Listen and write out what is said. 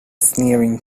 sneering